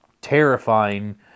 terrifying